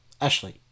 Ashley